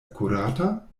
akurata